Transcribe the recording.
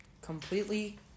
completely